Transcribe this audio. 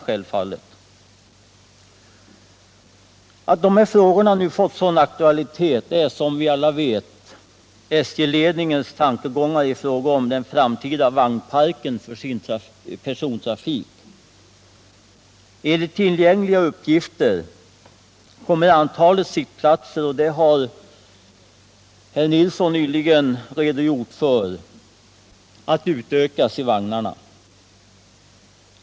Anledningen till att de här frågorna nu fått sådan aktualitet är, som vi alla vet, SJ-ledningens tankegångar i fråga om den framtida vagnparken för persontrafik. Enligt tillgängliga uppgifter kommer antalet sittplatser — det har Börje Nilsson nyss redogjort för — att utökas i vagnarna.